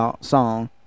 song